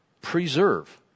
preserve